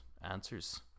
answers